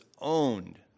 owned